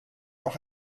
auch